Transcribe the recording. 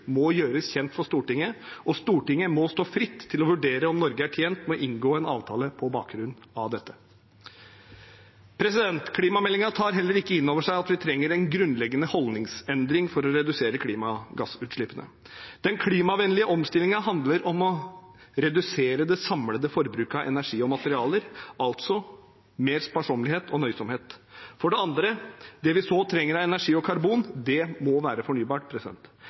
må gjøres kjent for Stortinget, og Stortinget må stå fritt til å vurdere om Norge er tjent med å inngå en avtale på bakgrunn av dette. Klimameldingen tar heller ikke inn over seg at vi trenger en grunnleggende holdningsendring for å redusere klimagassutslippene. Den klimavennlige omstillingen handler om å redusere det samlede forbruket av energi og materialer, altså mer sparsommelighet og nøysomhet. For det andre: Det vi så trenger av energi og karbon, må være fornybart.